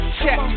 check